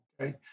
okay